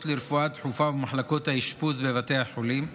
במחלקות לרפואה דחופה ובמחלקות האשפוז בבתי החולים.